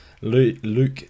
Luke